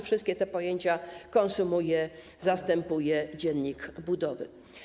Wszystkie te pojęcia konsumuje, zastępuje dziennik budowy.